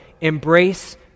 embrace